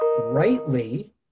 rightly